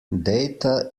data